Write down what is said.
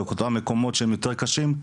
במקומות היותר קשים.